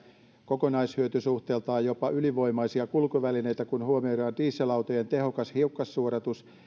kokonaishyötysuhteeltaan jopa ylivoimaisia kulkuvälineitä kun huomioidaan dieselautojen tehokas hiukkassuodatus